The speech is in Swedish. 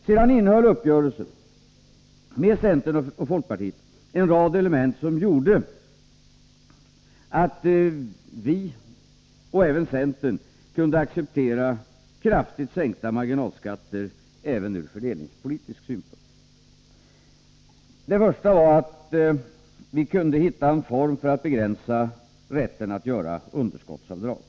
Sedan innehöll uppgörelsen med centern och folkpartiet en rad element som gjorde att vi, och även centern, kunde acceptera kraftigt sänkta marginalskatter även ur fördelningspolitisk synpunkt. Det första var att vi kunde hitta en form att begränsa rätten att göra underskottsavdrag.